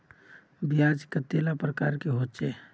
ब्याज कतेला प्रकारेर होचे?